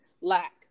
lack